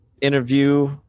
interview